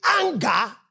anger